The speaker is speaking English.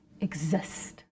exist